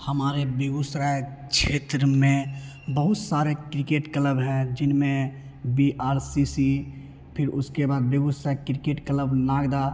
हमारे बेगूसराय क्षेत्र में बहुत सारे क्रिकेट क्लब हैं जिनमें बी आर सी सी फिर उसके बाद बेगूसराय किरकेट क्लब नागदा